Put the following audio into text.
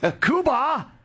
Cuba